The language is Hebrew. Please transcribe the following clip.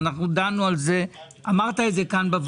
דנו בזה בוועדה.